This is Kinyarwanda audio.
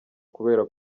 kubera